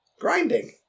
Grinding